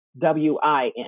W-I-N